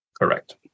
Correct